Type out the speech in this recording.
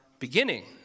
beginning